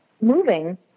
moving